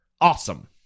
Awesome